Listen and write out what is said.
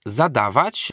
zadawać